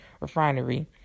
refinery